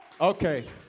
okay